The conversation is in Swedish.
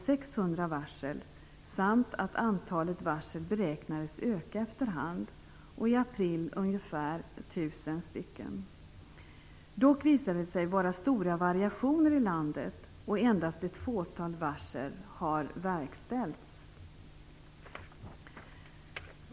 600 varsel samt om att antalet varsel beräknades öka efter hand - ungefär 1 000 varsel i april. Dock visade det sig finnas stora variationer i landet. Endast ett fåtal varsel har verkställts.